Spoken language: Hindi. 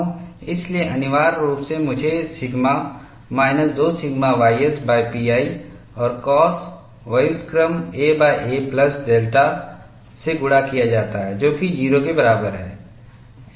इसलिए अनिवार्य रूप से मुझे सिग्मा माइनस 2 सिग्मा yspi और काश व्युत्क्रम aa प्लस डेल्टा से गुणा किया जाता है जो कि 0 के बराबर है